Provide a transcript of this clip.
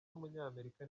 w’umunyamerika